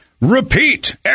repeat